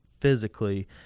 Physically